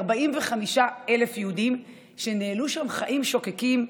כ-45,000 יהודים שניהלו שם חיים שוקקים,